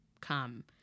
come